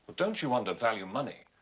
don't you undervalue money.